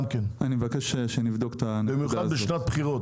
במיוחד בשנת בחירות.